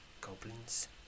goblins